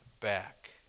back